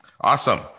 Awesome